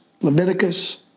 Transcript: Leviticus